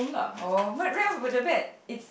oh right off the bat it's